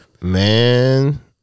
Man